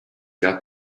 got